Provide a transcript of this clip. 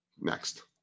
Next